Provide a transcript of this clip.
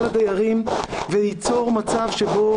זה ייצור מצב שבו